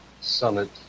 summit